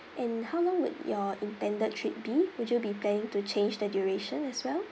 and how long would your intended trip be would you be planning to change the duration as well